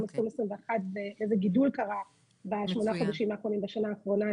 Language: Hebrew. ב-2021 ואיזה גידול קרה בשמונה חודשים האחרונים בשנה האחרונה,